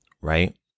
right